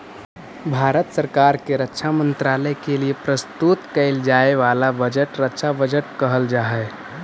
भारत सरकार के रक्षा मंत्रालय के लिए प्रस्तुत कईल जाए वाला बजट रक्षा बजट कहल जा हई